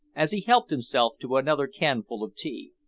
as he helped himself to another canful of tea.